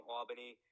Albany